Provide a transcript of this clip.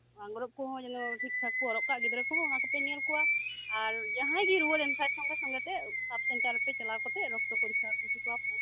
ᱟᱸᱜᱨᱚᱵ ᱠᱚᱦᱚᱸ ᱡᱮᱱᱚ ᱴᱷᱤᱠᱴᱷᱟᱠ ᱠᱩ ᱦᱚᱨᱚᱜ ᱠᱟᱜ ᱜᱤᱫᱽᱨᱟᱹᱠᱩ ᱚᱱᱟᱠᱩᱯᱮ ᱧᱮᱞᱠᱚᱣᱟ ᱟᱨ ᱡᱟᱦᱟᱸᱭᱜᱮᱭ ᱨᱩᱣᱟᱹ ᱞᱮᱱᱠᱷᱟᱡ ᱥᱚᱸᱜᱮ ᱥᱚᱸᱜᱮᱛᱮ ᱥᱟᱵᱥᱮᱱᱴᱟᱨ ᱨᱮᱯᱮ ᱪᱟᱞᱟᱣ ᱠᱟᱛᱮᱜ ᱨᱚᱠᱛᱚ ᱯᱚᱨᱤᱠᱷᱟ ᱩᱪᱩᱠᱚᱣᱟ ᱯᱮ